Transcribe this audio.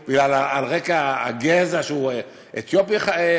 על רקע גזע שהוא אתיופי,